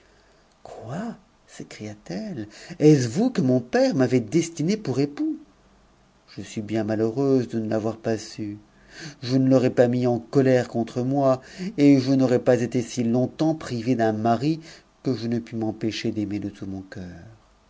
quoi sécria t ette est-ce vous que mon père m'avait destiné pour époux je suis bien malheureuse de ne t'avoir pas su je ne l'aurais p mis en colère contre moi et je n'aurais pas été si longtemps privée d'u mari que je ne puis m'empêcher d'aimerde tout mon cœur